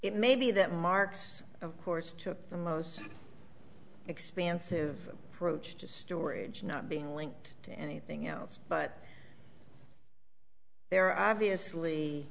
it may be that marks of course the most expansive approach to storage not being linked to anything else but there are obviously